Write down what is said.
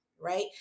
right